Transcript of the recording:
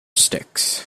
sticks